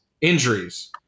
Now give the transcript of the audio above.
injuries